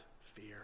fear